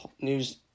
news